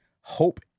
Hope